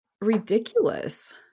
ridiculous